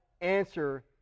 answer